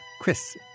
Chris